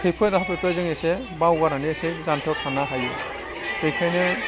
खैफोद आफोदखौ जों एसे बावगारनानै एसे जानथायाव थानो हायो बेखायनो